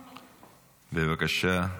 בבקשה.